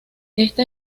esta